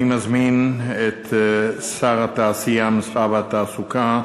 אני מזמין את שר התעשייה, המסחר והתעסוקה,